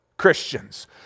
Christians